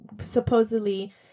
supposedly